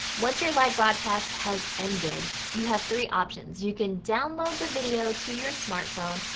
once your live broadcast has ended, you have three options. you can download the video to your smartphone.